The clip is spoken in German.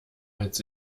als